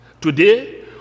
Today